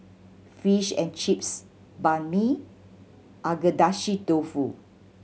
Fish and Chips Banh Mi Agedashi Dofu